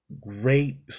Great